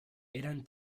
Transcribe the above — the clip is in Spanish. eran